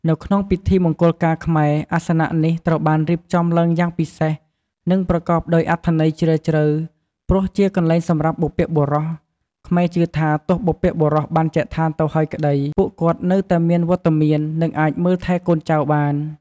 នៅក្នុងពិធីមង្គលការខ្មែរ អាសនៈនេះត្រូវបានរៀបចំឡើងយ៉ាងពិសេស និងប្រកបដោយអត្ថន័យជ្រាលជ្រៅ ព្រោះជាកន្លែងសម្រាប់បុព្វបុរស ខ្មែរជឿថាទោះបុព្វបុរសបានចែកឋានទៅហើយក្តី ពួកគាត់នៅតែមានវត្តមាន និងអាចមើលថែកូនចៅបាន។